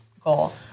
goal